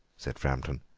said framton.